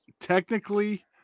Technically